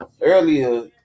earlier